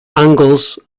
angles